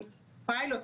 פיילוט,